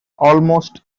almost